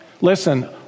Listen